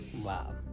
Wow